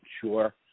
Sure